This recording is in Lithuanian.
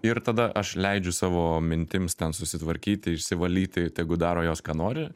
ir tada aš leidžiu savo mintims ten susitvarkyti išsivalyti tegu daro jos ką nori